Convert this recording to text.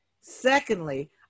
Secondly